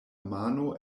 mano